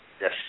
Yes